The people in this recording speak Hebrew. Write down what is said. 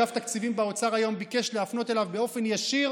אגף תקציבים באוצר היום ביקש להפנות אליו באופן ישיר